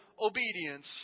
obedience